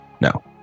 no